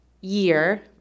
year